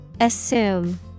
Assume